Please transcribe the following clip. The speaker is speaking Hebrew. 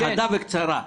חדה וקצרה.